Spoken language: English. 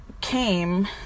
came